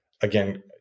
again